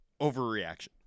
overreaction